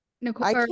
Nicole